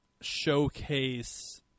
showcase